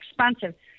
expensive